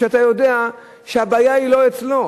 כשאתה יודע שהבעיה היא לא אצלו?